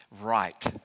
right